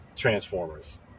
Transformers